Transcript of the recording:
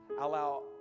Allow